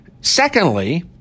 Secondly